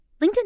LinkedIn